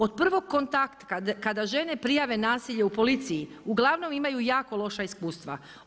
Od prvog kontakta kada žene prijave nasilje u policiji uglavnom imaju jako loša iskustva.